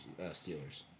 Steelers